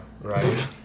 Right